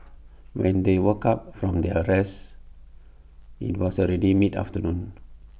when they woke up from their rest IT was already mid afternoon